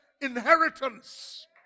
inheritance